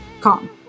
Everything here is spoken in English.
calm